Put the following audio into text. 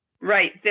Right